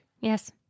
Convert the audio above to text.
Yes